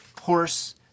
horse